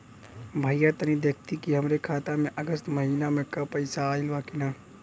भईया तनि देखती की हमरे खाता मे अगस्त महीना में क पैसा आईल बा की ना?